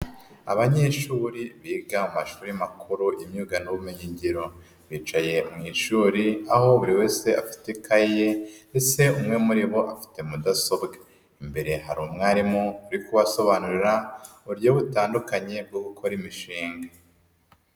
Abanyeshuri biga amashuri makuru imyuga n'ubumenyi ngiro, bicaye mu ishuri aho buri wese afite ikayi, ndetse umwe muri bo afite mudasobwa, imbere hari umwarimu uri kubasobanurira uburyo butandukanye bwo gukora imishinga.